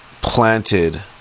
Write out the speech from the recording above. planted